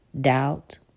doubt